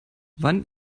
wann